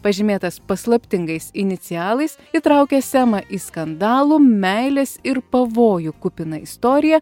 pažymėtas paslaptingais inicialais įtraukia semą į skandalų meilės ir pavojų kupiną istoriją